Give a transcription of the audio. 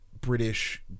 British